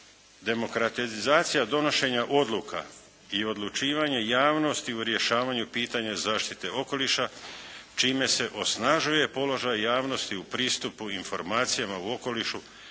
Demokratizacija donošenja odluka i odlučivanja javnosti u rješavanju pitanja zaštite okoliša čime se osnažuje položaj javnosti u pristupu informacijama u okolišu